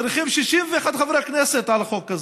צריכים 61 חברי כנסת על החוק הזה,